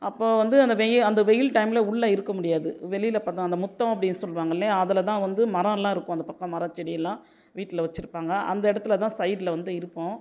அப்போ வந்து அந்த வெயில் அந்த வெயில் டைமில் உள்ளே இருக்க முடியாது வெளியில் பார்த்தா அந்த முத்தம் அப்படின்னு சொல்லுவாங்க இல்லையா அதில் தான் வந்து மரம்லாம் இருக்கும் அந்த பக்கம் மரம் செடியெல்லாம் வீட்டில் வச்சுருப்பாங்க அந்த இடத்துல தான் சைடில் வந்து இருப்போம்